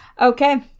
Okay